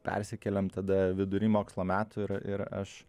persikėlėm tada vidury mokslo metų ir ir aš